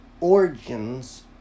origins